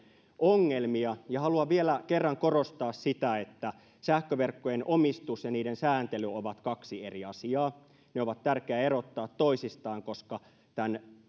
ongelmia ja haluan vielä kerran korostaa sitä että sähköverkkojen omistus ja niiden sääntely ovat kaksi eri asiaa ne on tärkeä erottaa toisistaan koska tämän